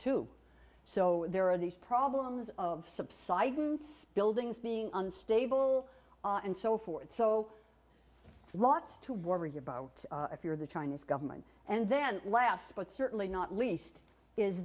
too so there are these problems of subsidence buildings being unstable and so forth so a lot to worry about if you're the chinese government and then last but certainly not least is